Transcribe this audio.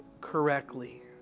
correctly